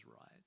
right